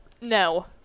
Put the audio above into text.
No